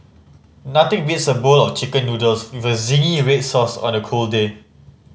nothing beats a bowl of Chicken Noodles with a zingy red sauce on a cold day